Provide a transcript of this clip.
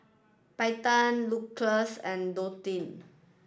Payten Lucious and Dontae